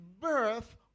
birth